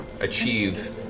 achieve